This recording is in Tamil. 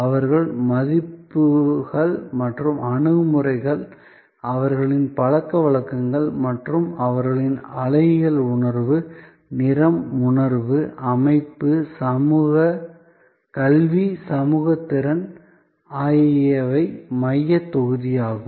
அவர்களின் மதிப்புகள் மற்றும் அணுகுமுறைகள் அவர்களின் பழக்கவழக்கங்கள் மற்றும் அவர்களின் அழகியல் உணர்வு நிறம் உணர்வு அமைப்பு கல்வி சமூக திறன் ஆகியவை மையத் தொகுதியாகும்